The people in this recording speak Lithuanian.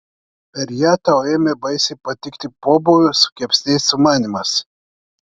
per ją tau ėmė baisiai patikti pobūvių su kepsniais sumanymas